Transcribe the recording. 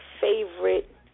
favorite